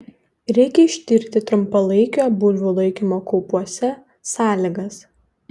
reikia ištirti trumpalaikio bulvių laikymo kaupuose sąlygas